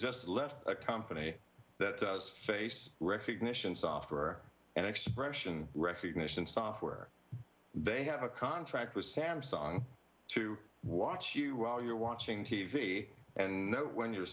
just left a company that does face recognition software and expression recognition software they have a contract with samsung to watch you while you're watching t v and when you're